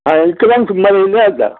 आं इकरांक सुमार येवंक जाता